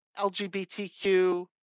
LGBTQ